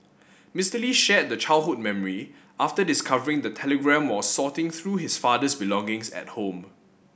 Mister Lee shared the childhood memory after discovering the telegram while sorting through his father's belongings at home